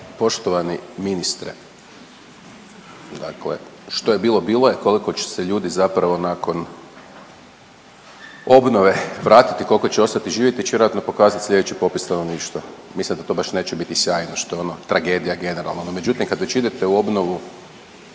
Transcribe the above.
Poštovani ministre, dakle što je bilo bilo je, koliko će se ljudi zapravo nakon obnove vratiti i koliko će ostati živjeti će vjerojatno pokazati slijedeći popis stanovništva. Mislim da to baš neće biti sjajno što je ono tragedija generalno. Međutim, kad već idete u obnovu